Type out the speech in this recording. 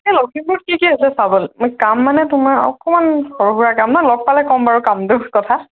এই লখিমপুৰত কি কি আছে চাবলৈ মানে কাম মানে তোমাৰ অকণমান সৰু সুৰা কাম ন লগ পালে ক'ম বাৰু কামটো কথা